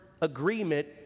agreement